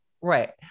right